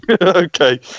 Okay